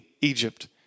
Egypt